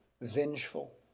vengeful